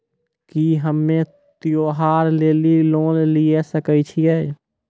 की हम्मय त्योहार लेली लोन लिये सकय छियै?